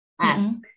Ask